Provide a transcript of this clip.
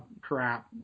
crap